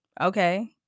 okay